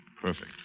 Perfect